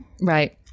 Right